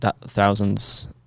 thousands